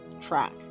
track